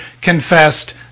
confessed